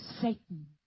Satan